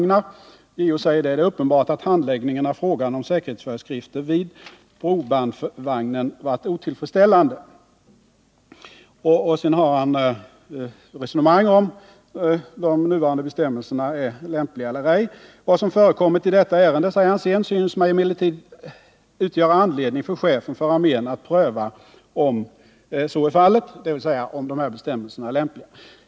säger JO bl.a.: ”Det är uppenbart att handläggningen av frågan om säkerhetsföreskrifter för brobandvagnen varit otillfredsställande.” Sedan för JO ett resonemang i frågan om de nuvarande bestämmelserna är lämpliga eller ej. ” Vad som förekommit i detta ärende”, säger JO därefter, ”synes mig emellertid utgöra anledning för chefen för armén att pröva om så är fallet.